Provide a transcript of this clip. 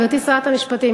גברתי שרת המשפטים,